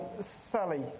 Sally